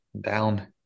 Down